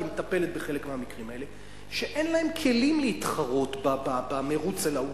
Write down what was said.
כי היא מטפלת בחלק מהמקרים האלה שאין להם כלים להתחרות במירוץ לעוגה.